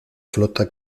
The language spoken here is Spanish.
flota